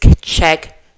check